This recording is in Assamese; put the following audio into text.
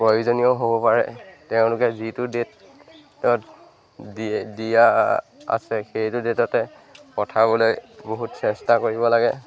প্ৰয়োজনীয় হ'ব পাৰে তেওঁলোকে যিটো ডেটত দিয়ে দিয়া আছে সেইটো ডেটতে পঠাবলৈ বহুত চেষ্টা কৰিব লাগে